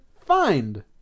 find